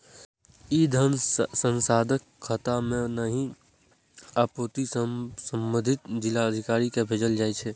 ई धन सांसदक खाता मे नहि, अपितु संबंधित जिलाधिकारी कें भेजल जाइ छै